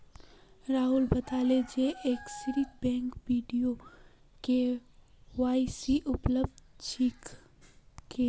राहुल बताले जे एक्सिस बैंकत वीडियो के.वाई.सी उपलब्ध छेक